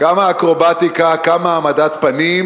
כמה אקרובטיקה, כמה העמדת פנים,